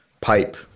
pipe